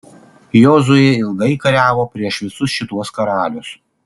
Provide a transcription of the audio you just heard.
jozuė ilgai kariavo prieš visus šituos karalius